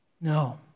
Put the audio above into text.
No